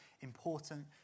important